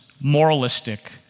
moralistic